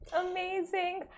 Amazing